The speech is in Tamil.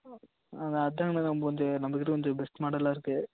அதாங்க அண்ணா நமக்கு வந்து நம்மகிட்ட வந்து பெஸ்ட் மாடல்லாக இருக்கு